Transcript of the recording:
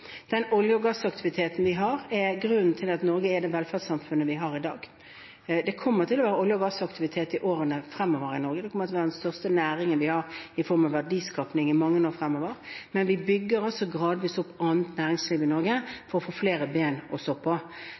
Olje- og gassaktiviteten vi har, er grunnen til at Norge er det velferdssamfunnet det er i dag. Det kommer til å være olje- og gassaktivitet i årene fremover i Norge, det kommer til å være den største næringen vi har i form av verdiskaping i mange år fremover. Men vi bygger gradvis opp annet næringsliv i Norge for å få flere ben å stå på.